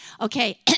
Okay